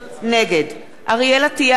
נגד אריאל אטיאס,